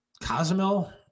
Cozumel